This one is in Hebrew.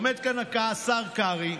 עומד כאן השר קרעי,